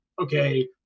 okay